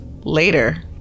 later